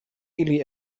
ili